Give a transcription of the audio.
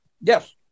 Yes